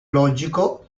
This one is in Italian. logico